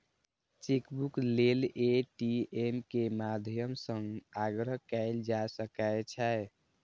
chequebook लेल ATM के माध्यम सं आग्रह कैल जा सकै छै